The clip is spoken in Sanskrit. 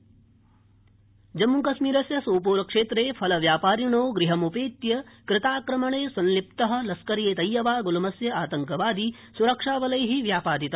कश्मीरआतङ्कवादी व्यापादित जम्मू कश्मीरस्य सोपोरे क्षेत्रे फलव्यापारिणो गृहम्पेत्य कृताक्रमणे संलिप्त लश्कर ए तैयबा गुल्मस्य आतङ्कवादी सुरक्षाबलै व्यापादित